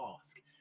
ask